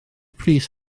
pris